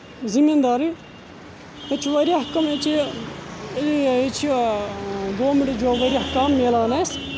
ذمیٖدٲرے ییٚتہِ چھِ واریاہ کَم ییٚتہِ چھِ ییٚتہِ چھُ گورمینٹس جاب واریاہ کَم مِلان اسہِ